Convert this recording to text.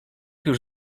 już